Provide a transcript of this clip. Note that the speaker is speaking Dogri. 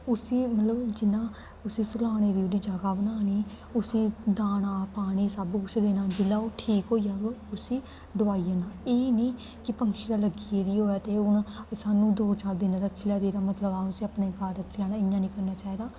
उस्सी मतलब जियां उस्सी सलाने दी ओह्दी जगह् बनानी उस्सी दाना पानी सब्भ कुछ देना जेल्लै ओह् ठीक होई जाग उस्सी डोआई देना एह् निं कि पंछी दे लग्गी गेदी होए ते हून सानूं दो चार दिन रक्खियै ते एह्दा एह् मतलब कि उस्सी अपने घर रक्खी लैना इ'यां नेईं करना चाहिदा